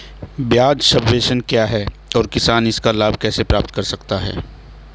ब्याज सबवेंशन क्या है और किसान इसका लाभ कैसे प्राप्त कर सकता है?